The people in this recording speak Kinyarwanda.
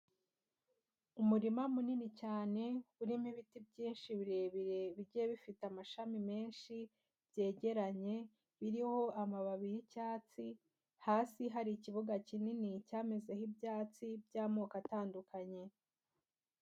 Umurima munini cyane urimo ibiti byinshi birebire bigiye bifite amashami menshi byegeranye, biriho amababi y'icyatsi, hasi hari ikibuga kinini cyamezeho ibyatsi by'amoko atandukanye.